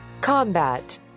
Combat